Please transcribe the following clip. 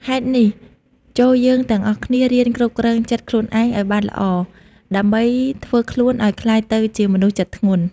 ហេតុនេះ ចូលយើងទាំងអស់គ្នារៀនគ្រប់គ្រងចិត្តខ្លួនឯងឱ្យបានល្អ ដើម្បីធ្វើខ្លួនឱ្យក្លាយទៅជាមនុស្សចិត្តធ្ងន់។